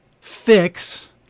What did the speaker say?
fix